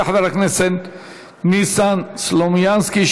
יעלה חבר הכנסת ניסן סלומינסקי,